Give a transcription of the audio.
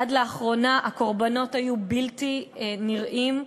עד לאחרונה הקורבנות היו בלתי נראים.